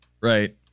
right